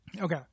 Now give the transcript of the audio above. Okay